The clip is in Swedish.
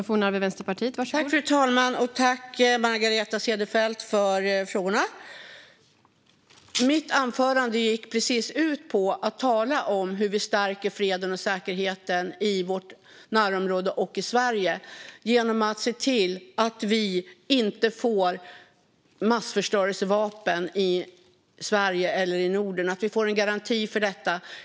Fru talman! Tack, Margareta Cederfelt, för frågorna! Mitt anförande gick precis ut på att tala om hur vi stärker freden och säkerheten i vårt närområde och i Sverige. Det gör vi genom att se till att vi inte får massförstörelsevapen i Sverige eller i Norden och att vi får en garanti för detta.